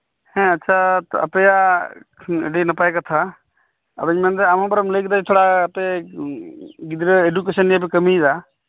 ᱦᱮᱸ ᱟᱪᱷᱟ ᱟᱯᱮᱭᱟᱜ ᱟᱹᱰᱤ ᱱᱟᱯᱟᱭ ᱠᱟᱛᱷᱟ ᱟᱫᱚᱹᱧᱢᱮᱱᱮᱫᱟ ᱟᱢᱦᱚ ᱵᱚᱞᱮᱢ ᱞᱟᱹᱭᱠᱮᱫᱟ ᱛᱷᱚᱲᱟ ᱟᱯᱮ ᱜᱤᱫᱽᱨᱟᱹ ᱮᱰᱩᱠᱮᱥᱚᱱ ᱱᱤᱭᱮᱯᱮ ᱠᱟᱹᱢᱤᱭᱮᱫᱟ